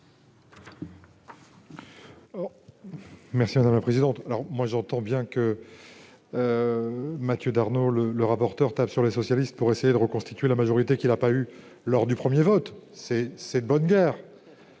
explication de vote. J'entends bien que Mathieu Darnaud, le rapporteur, « tape » sur les socialistes pour essayer de reconstituer la majorité qu'il n'a pas obtenue lors du premier vote ; c'est de bonne guerre.